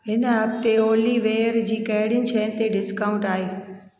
हिन हफ़्ते ओलिवेयर जी कहिड़ियुनि शयुनि ते डिस्काऊंट आहे